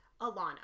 Alana